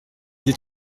des